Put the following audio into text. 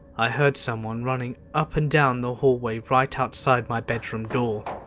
i heard someone running up and down the hallway right outside my bedroom door.